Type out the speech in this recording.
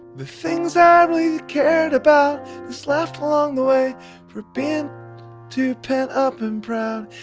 the things i really cared about slept along the way for ben to pin up and proud.